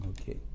Okay